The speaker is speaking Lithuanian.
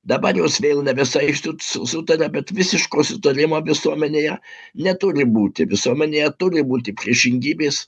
dabar jos vėl nevisai su sutaria bet visiško sutarimo visuomenėje neturi būti visuomenėje turi būti priešingybės